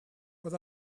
but